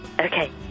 okay